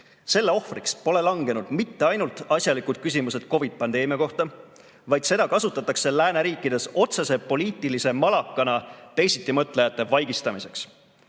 Selle ohvriks pole langenud mitte ainult asjalikud küsimused COVID‑i pandeemia kohta, vaid seda kasutatakse lääneriikides otsese poliitilise malakana teisitimõtlejate vaigistamiseks.